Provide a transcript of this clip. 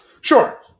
Sure